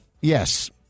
Yes